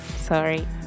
Sorry